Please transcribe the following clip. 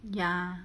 ya